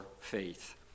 faith